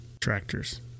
tractors